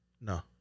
No